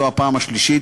וזו הפעם השלישית,